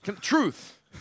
Truth